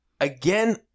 again